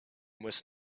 must